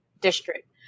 district